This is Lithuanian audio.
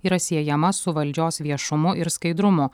yra siejama su valdžios viešumu ir skaidrumu